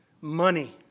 Money